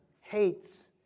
hates